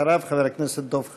אחריו, חבר הכנסת דב חנין.